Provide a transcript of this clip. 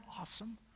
awesome